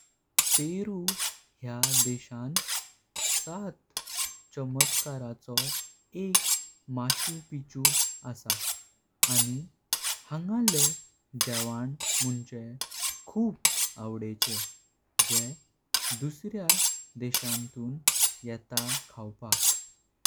Peru ह्या देशान सात चमत्काराचो एक माच्चु पिच्छु असा। आणी हांगले जेवण मुणचें खुर्प आवडचें जे दुसऱ्या देशांतून येता खावपाक।